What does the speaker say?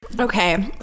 okay